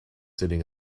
sitting